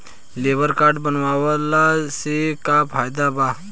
Labour card बनवाला से का फायदा बा?